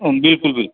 बिलकुल बिलकुल